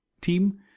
team